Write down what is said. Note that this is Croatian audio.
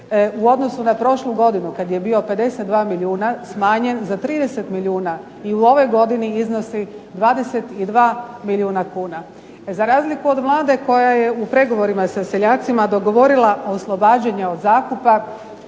u odnosu na prošlu godinu kad je bio 52 milijuna smanjen za 30 milijuna i u ovoj godini iznosi 22 milijuna kuna. Za razliku od Vlade koja je u pregovorima sa seljacima dogovorila oslobađanje od zakupa,